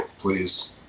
please